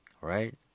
right